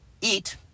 eat